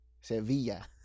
Sevilla